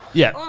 yeah.